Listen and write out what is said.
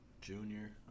junior